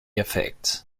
effects